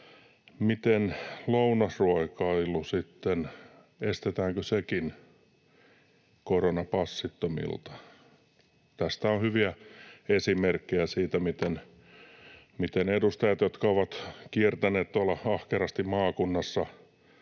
miten lounasruokailu sitten, estetäänkö sekin koronapassittomilta? Tästä on hyviä esimerkkejä edustajista, jotka ovat kiertäneet tuolla ahkerasti maakunnassa.